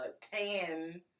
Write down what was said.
tan